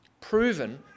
proven